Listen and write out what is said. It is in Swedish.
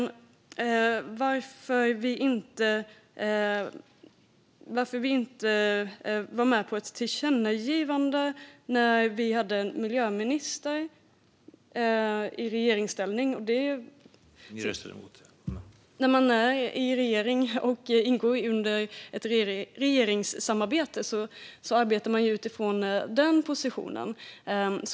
Det handlar alltså om varför vi inte var med på ett tillkännagivande när vi hade en miljöminister från vårt eget parti i regeringen. När man ingår i ett regeringssamarbete arbetar man ju utifrån den positionen.